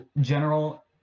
general